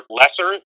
lesser